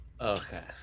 okay